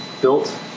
built